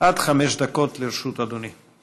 עד חמש דקות לרשות אדוני.